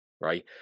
right